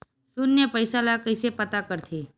शून्य पईसा ला कइसे पता करथे?